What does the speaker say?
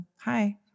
hi